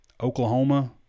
Oklahoma